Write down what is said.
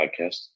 Podcast